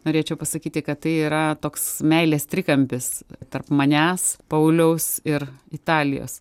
norėčiau pasakyti kad tai yra toks meilės trikampis tarp manęs pauliaus ir italijos